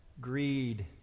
greed